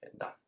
done